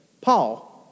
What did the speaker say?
Paul